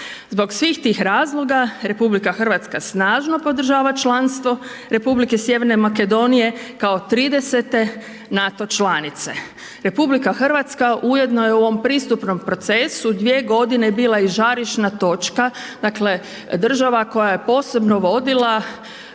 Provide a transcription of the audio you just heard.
Zbog svih tih razloga RH snažno podržava članstvo Republike Sjeverne Makedonije kao 30-te NATO članice. RH ujedno je u ovom pristupnom procesu dvije godine bila i žarišna točka, dakle država koja je posebno vodila